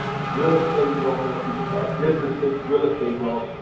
the real estate wealth helps people start businesses, real estate wealth,